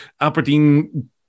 Aberdeen